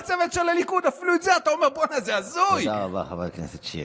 פשוטה: שלא תהיה התפרצות של מישהו שיגיד משהו נגד השלטון.